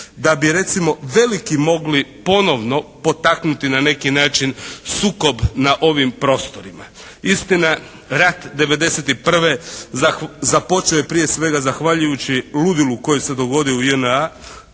Da bi recimo veliki mogli ponovno potaknuti na neki način sukob na ovim prostorima. Istina rat '91. započeo je prije svega zahvaljujući ludilu koji se dogodio u JNA